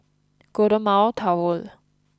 Golden Mile Tower